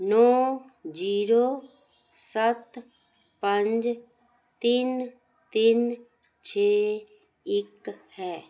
ਨੌਂ ਜੀਰੋ ਸੱਤ ਪੰਜ ਤਿੰਨ ਤਿੰਨ ਛੇ ਇੱਕ ਹੈ